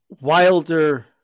Wilder